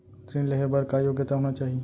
ऋण लेहे बर का योग्यता होना चाही?